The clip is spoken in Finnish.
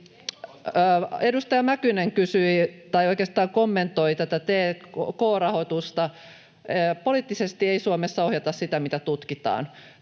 Edustaja Mäkynen kommentoi t&k-rahoitusta. Poliittisesti ei Suomessa ohjata sitä, mitä tutkitaan.